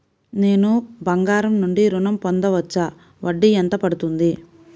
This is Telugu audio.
నేను బంగారం నుండి ఋణం పొందవచ్చా? వడ్డీ ఎంత పడుతుంది?